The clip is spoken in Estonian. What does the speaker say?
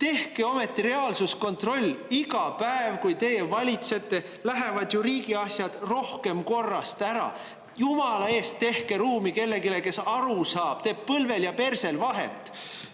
tehke ometi reaalsuskontroll! Iga päev, kui teie valitsete, lähevad ju riigi asjad rohkem korrast ära. Jumala eest, tehke ruumi kellelegi, kes saab aru ning teeb põlvel ja persel vahet.